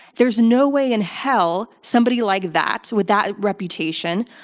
there is no way in hell somebody like that, with that reputation,